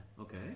Okay